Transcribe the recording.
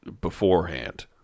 beforehand